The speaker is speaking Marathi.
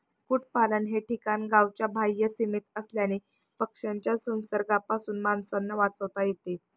कुक्पाकुटलन हे ठिकाण गावाच्या बाह्य सीमेत असल्याने पक्ष्यांच्या संसर्गापासून माणसांना वाचवता येते